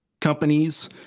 companies